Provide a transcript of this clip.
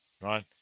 right